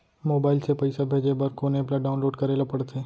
Mobile से पइसा भेजे बर कोन एप ल डाऊनलोड करे ला पड़थे?